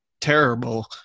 terrible